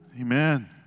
Amen